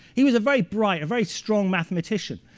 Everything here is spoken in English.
he was a very bright, a very strong mathematician.